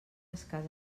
escàs